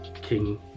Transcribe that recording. king